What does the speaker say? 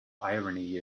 irony